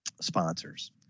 sponsors